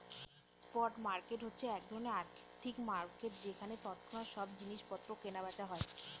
spot market হচ্ছে এক ধরনের আর্থিক মার্কেট যেখানে তৎক্ষণাৎ সব জিনিস পত্র কেনা বেচা হয়